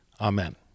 Amen